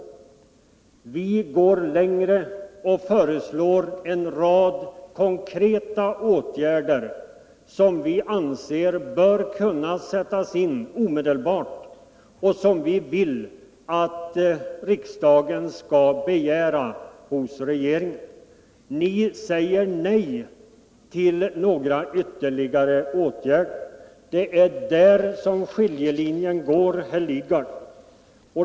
Vi går längre och föreslår en rad konkreta åtgärder som bör kunna sättas in omedelbart och som vi vill att riksdagen skall begära hos regeringen. Vi säger nej till ytterligare åtgärder. Det är där skiljelinjen går, herr Lidgard.